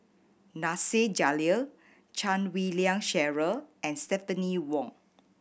Nasir Jalil Chan Wei Ling Cheryl and Stephanie Wong